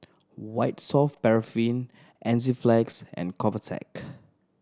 White Soft Paraffin Enzyplex and Convatec